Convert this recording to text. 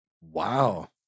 Wow